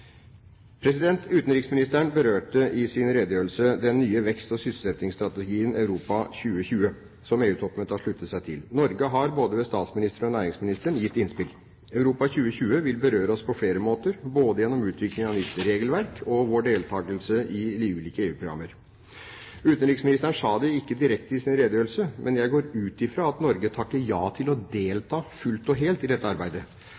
Utenriksministeren berørte i sin redegjørelse den nye vekst- og sysselsettingsstrategien, Europa 2020, som EU-toppmøtet har sluttet seg til. Norge har, både ved statsministeren og næringsministeren, gitt innspill. Europa 2020 vil berøre oss på flere måter, både gjennom utvikling av nytt regelverk og ved vår deltakelse i de ulike EU-programmer. Utenriksministeren sa det ikke direkte i sin redegjørelse, men jeg går ut fra at Norge takker ja til å delta fullt og helt i dette arbeidet.